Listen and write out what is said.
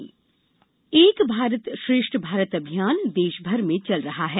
एक भारत श्रेष्ठ भारत एक भारत श्रेष्ठ भारत अभियान देश भर में चल रहा है